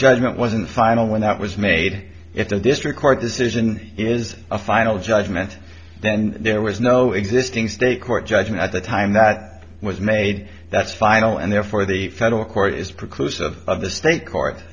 judgement wasn't final when that was made if the district court decision is a final judgment then there was no existing state court judgment at the time that was made that's final and therefore the federal court is close of the state court